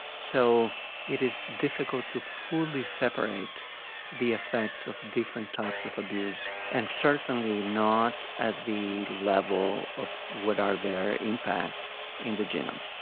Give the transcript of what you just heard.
so it is difficult to fully separate the effects of different types of abuse and certainly not at the level of what are their impact in the genome.